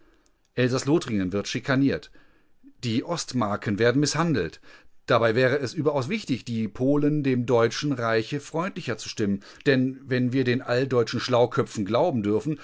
elsaß-lothringen wird schikaniert die ostmarken werden mißhandelt dabei wäre es überaus wichtig die polen dem deutschen reiche freundlicher zu stimmen denn wenn wir den alldeutschen schlauköpfen glauben dürfen